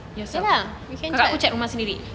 yes ah kalau aku cat rumah sendiri